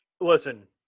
Listen